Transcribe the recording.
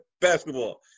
basketball